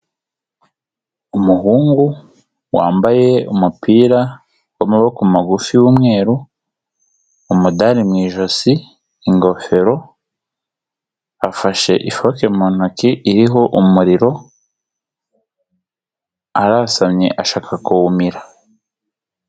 Umuhungu wambaye umupira wamaboko magufi w'umweru, umudari mu ijosi, ingofero , afashe ifoke mu ntoki iriho umuriro, arasamye ashaka kuwumira.